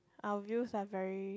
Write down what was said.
our views are very